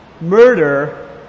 murder